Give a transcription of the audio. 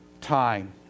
time